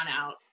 out